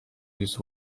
this